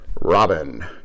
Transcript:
Robin